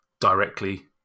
directly